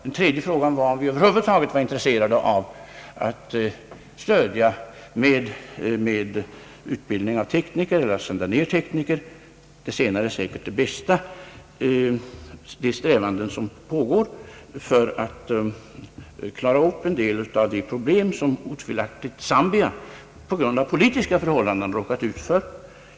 Den tredje frågan var om vi över huvud taget var intresserade av att lämna stöd genom att utbilda tekniker och genom att skicka ned tekniker — det senare är säkert det bästa — för att understödja strävandena att klara upp en del av de problem som otvivelaktigt Zambia på grund av politiska förhållanden råkat ut för.